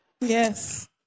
Yes